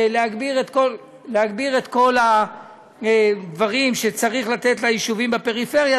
להגביר את כל הדברים שצריך לתת ליישובים בפריפריה,